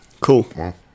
cool